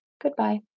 Goodbye